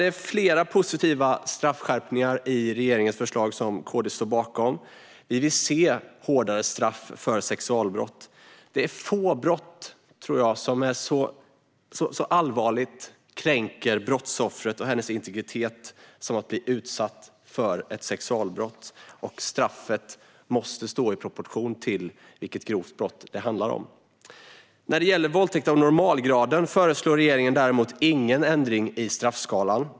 Det finns flera positiva straffskärpningar i regeringens förslag som KD står bakom. Vi vill se hårdare straff för sexualbrott. Det är få brott, tror jag, som så allvarligt kränker brottsoffret och hennes integritet som sexualbrott. Straffet måste stå i proportion till vilket grovt brott det handlar om. När det gäller våldtäkt av normalgraden föreslår regeringen däremot ingen ändring i straffskalan.